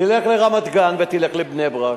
תלך לרמת-גן, ותלך לבני-ברק,